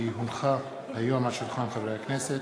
כי הונחה היום על שולחן הכנסת,